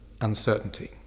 uncertainty